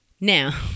Now